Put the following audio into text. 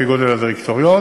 לפי גודל הדירקטוריון,